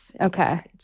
Okay